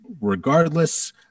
regardless